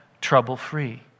trouble-free